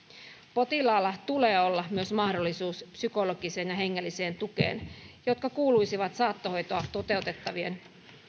potilaalla tulee olla myös mahdollisuus psykologiseen ja hengelliseen tukeen jotka kuuluisivat saattohoitoa toteuttavien